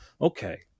okay